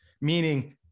meaning